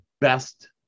best